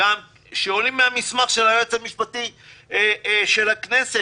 שעולים מהמסמך של היועץ המשפטי של הכנסת,